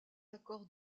accords